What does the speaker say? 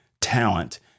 talent